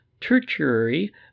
tertiary